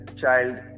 child